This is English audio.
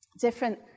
different